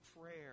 prayer